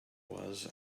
was